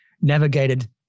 navigated